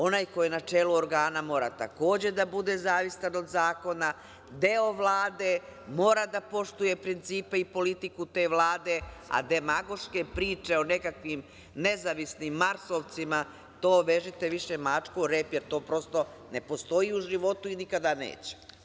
Onaj ko je na čelu organa mora takođe da bude zavistan od zakona, deo Vlade, mora da poštuje principe i politiku te Vlade, a demagoške priče o nekakvim nezavisnim marsovcima, to vežite više mačku o rep, jer to prosto ne postoji u životu i nikada neće.